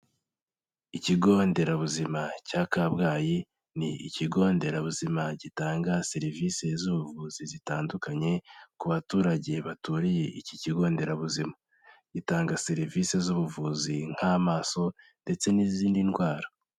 Ikigo nderabuzima cya Kabgayi ni ikigo nderabuzima gitanga serivisi z'ubuvuzi zitandukanye ku baturage baturiye iki kigo nderabuzima, gitanga serivisi z'ubuvuzi nk'amaso ndetse n'izindi ndwara.